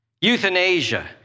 Euthanasia